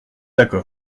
d’accord